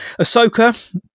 Ahsoka